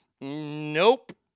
Nope